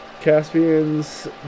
Caspian's